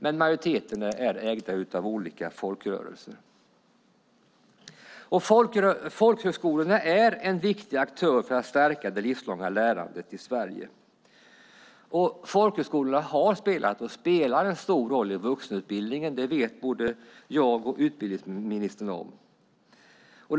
men majoriteten ägs av olika folkrörelser. Folkhögskolan är en viktig aktör för att stärka det livslånga lärandet i Sverige. Folkhögskolan har spelat, och spelar, en stor roll för vuxenutbildningen. Det vet både jag och utbildningsministern.